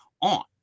on